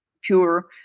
pure